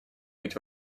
быть